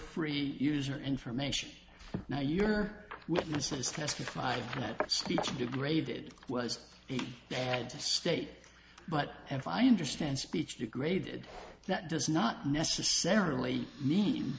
free user information now your witnesses testified that speech degraded was the heads of state but and fi understand speech degraded that does not necessarily mean